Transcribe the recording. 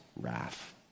wrath